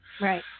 Right